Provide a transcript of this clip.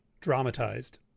dramatized